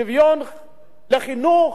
שוויון בחינוך,